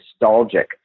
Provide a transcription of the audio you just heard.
nostalgic